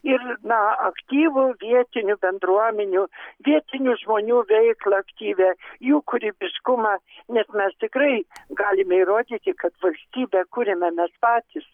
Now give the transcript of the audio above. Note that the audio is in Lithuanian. ir na aktyvų vietinių bendruomenių vietinių žmonių veiklą aktyvią jų kūrybiškumą nes mes tikrai galime įrodyti kad valstybę kuriame mes patys